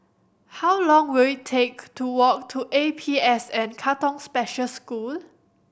how long will it take to walk to A P S N Katong Special School